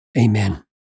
Amen